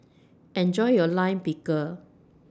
Enjoy your Lime Pickle